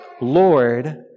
Lord